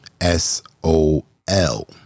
S-O-L